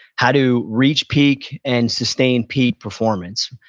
how to reach peak and sustain peak performance.